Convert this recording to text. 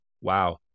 wow